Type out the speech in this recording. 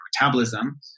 metabolism